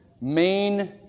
main